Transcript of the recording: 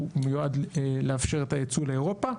הוא מיועד לאפשר את הייצוא לאירופה.